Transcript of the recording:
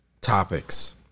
topics